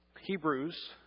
Hebrews